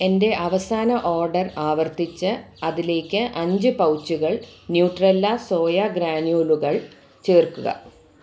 എന്റെ അവസാന ഓർഡർ ആവർത്തിച്ച് അതിലേക്ക് അഞ്ച് പൗച്ചുകൾ ന്യൂട്രെല്ല സോയ ഗ്രാനൂളുകൾ ചേർക്കുക